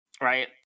Right